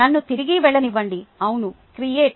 నన్ను తిరిగి వెళ్ళనివ్వండి అవును క్రియేట్